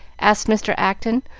asked mr. acton,